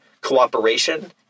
cooperation